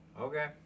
okay